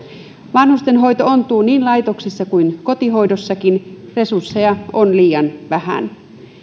vanhustenhoito ontuu niin laitoksissa kuin kotihoidossakin resursseja on liian vähän